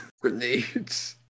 Grenades